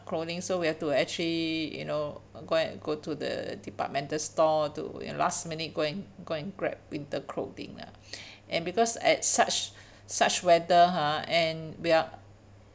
clothing so we have to actually you know go and go to the departmental store to you know last minute go and go and grab winter clothing lah and because at such such weather ah and we are